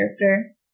character